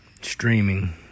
streaming